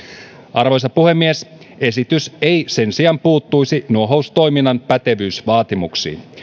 arvoisa puhemies esitys ei sen sijaan puuttuisi nuohoustoiminnan pätevyysvaatimuksiin